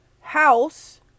house